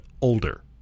older